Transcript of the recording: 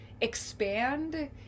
expand